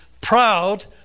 proud